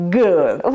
good